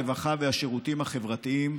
הרווחה והשירותים החברתיים,